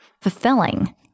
fulfilling